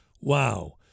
Wow